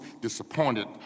disappointed